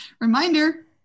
reminder